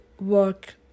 work